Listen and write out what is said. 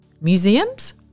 Museums